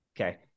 Okay